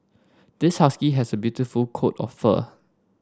this husky has a beautiful coat of fur